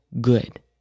good